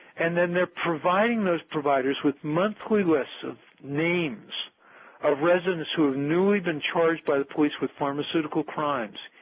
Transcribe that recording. and then they are providing those providers with monthly lists of names of residents who have newly been charged by the police with pharmaceutical crimes,